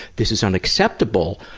this is unacceptable,